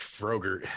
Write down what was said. Froger